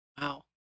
Wow